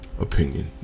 opinion